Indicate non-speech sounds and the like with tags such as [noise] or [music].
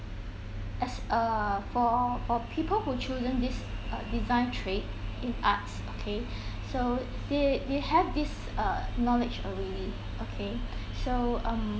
as err for for people who chosen this uh design trade in arts okay [breath] so they they have this uh knowledge already okay [breath] so um